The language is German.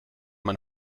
man